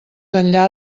enllà